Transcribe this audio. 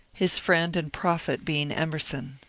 his friend and prophet being emerson.